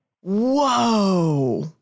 Whoa